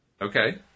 Okay